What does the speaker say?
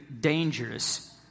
dangerous